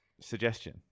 suggestion